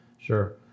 sure